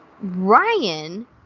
Ryan